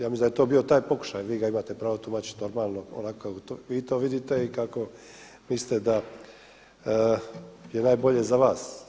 Ja mislim da je to bio taj pokušaj, vi ga imate pravo tumačiti normalno onako kako vi to vidite i kako mislite da je najbolje za vas.